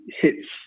hits